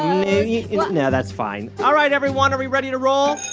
no, you know that's fine. all right, everyone. are we ready to roll?